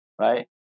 Right